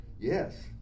yes